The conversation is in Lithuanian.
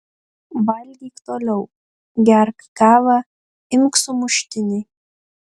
valgyk toliau gerk kavą imk sumuštinį